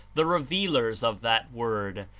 the revealers of that word,